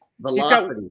Velocity